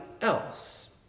else